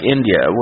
India